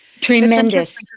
tremendous